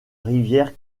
rivière